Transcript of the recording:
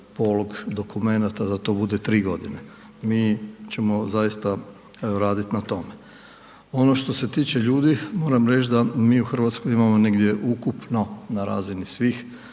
polog dokumenata da to bude 3 g., mi ćemo zaista raditi na tome. Ono što se tiče ljudi, moram reć da mi u Hrvatskoj imamo negdje ukupno na razini svih